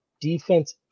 defense